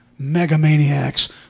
megamaniacs